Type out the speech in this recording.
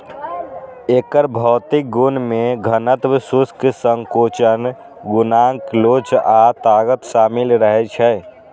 एकर भौतिक गुण मे घनत्व, शुष्क संकोचन गुणांक लोच आ ताकत शामिल रहै छै